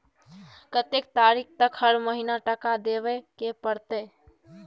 कत्ते तारीख तक हर महीना टका देबै के परतै?